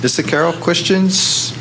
this it carol questions